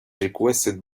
requested